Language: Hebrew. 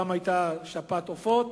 פעם היתה שפעת העופות,